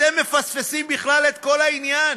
אתם מפספסים בכלל את כל העניין.